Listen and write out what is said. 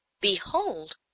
behold